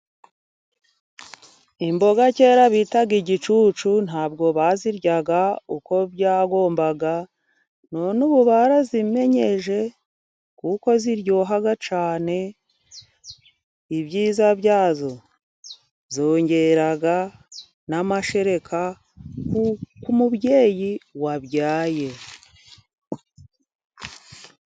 Imboga kera bitaga igicucu ntabwo baziryaga uko byagombaga, none ubu barazimenye kuko ziryoha cyane, ibyiza byazo zongera n'amashereka k'umubyeyi wabyaye.